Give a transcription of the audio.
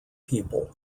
people